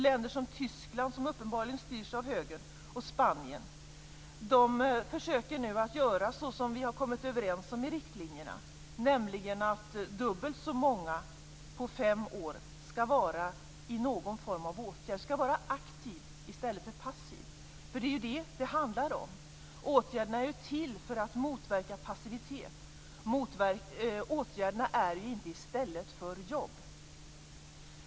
Länder som Tyskland och Spanien, som uppenbarligen styrs av högern, försöker nu att göra som vi har kommit överens om i riktlinjerna, nämligen att dubbelt så många personer inom fem år skall vara föremål för någon form av åtgärd, skall vara aktiva i stället för passiva. Det är ju detta som det handlar om. Åtgärderna är ju till för att motverka passivitet. Åtgärderna är ju inte i stället för jobb.